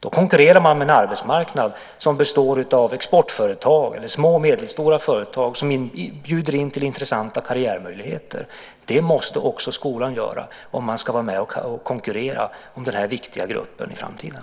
Då konkurrerar man med en arbetsmarknad som består av exportföretag, små och medelstora företag som bjuder in till intressanta karriärmöjligheter. Det måste också skolan göra om man ska vara med och konkurrera om den här viktiga gruppen i framtiden.